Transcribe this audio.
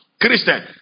Christian